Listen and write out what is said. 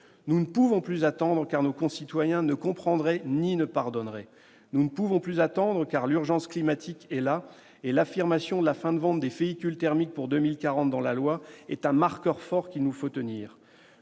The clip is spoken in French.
Nous ne pouvons plus attendre, car nos concitoyens ne comprendraient ni ne pardonneraient. Nous ne pouvons plus attendre, car l'urgence climatique est là, et l'affirmation, dans la loi, de la fin de la vente des véhicules thermiques pour 2040 est un marqueur fort qu'il nous faut confirmer.